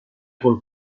col